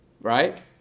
right